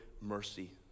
mercy